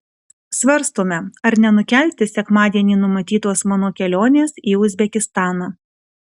svarstome ar nenukelti sekmadienį numatytos mano kelionės į uzbekistaną